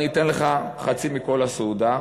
אני אתן לך חצי מכל הסעודה,